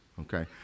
okay